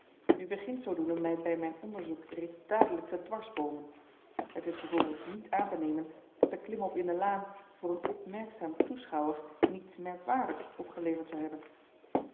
u begint zoodoende mij bij mijn onderzoek reeds dadelijk te dwarsboomen het is bijvoorbeeld niet aan te nemen dat de klimop in de laan voor een opmerkzaam toeschouwer niets merkwaardigs opgeleverd zou hebben